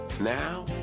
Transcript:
Now